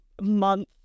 month